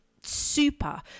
super